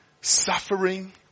suffering